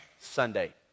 Sunday